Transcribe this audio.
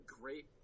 great